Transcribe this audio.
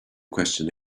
question